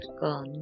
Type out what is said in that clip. gone